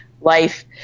life